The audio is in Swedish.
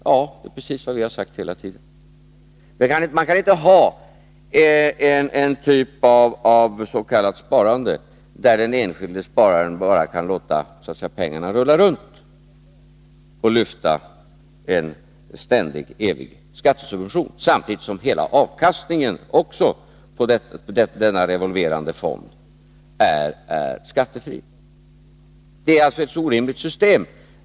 Ja, det är precis vad vi hela tiden har hävdat. Man kan inte ha en typ av s.k. sparande, där den enskilde spararen bara kan låta pengarna så att säga rulla runt och lyfta en ständig skattesubvention samtidigt som hela avkastningen på denna revolverande fond är skattefri. Det är alltså ett orimligt system.